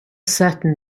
certain